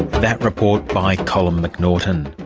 that report by colm mcnaughton.